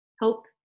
hope